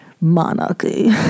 monarchy